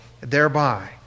thereby